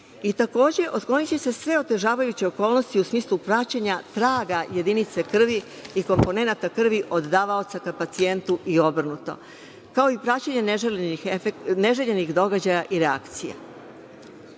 Takođe, otkloniće se sve otežavajuće okolnosti u smislu praćenja traga jedinice krvi i komponenata krvi od davaoca ka pacijentu i obrnuto, kao i praćenje neželjenih događaja i reakcija. Novim